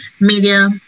Media